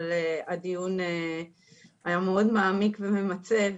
אבל הדיון היה מאוד מעמיק וממצה,